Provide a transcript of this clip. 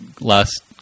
last